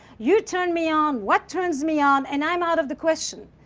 you turn me on, what turns me on, and i'm out of the question,